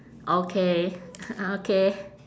okay ah okay